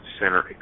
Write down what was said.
center